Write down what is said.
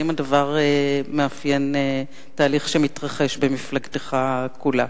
האם הדבר מאפיין תהליך שמתרחש במפלגתך כולה.